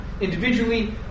individually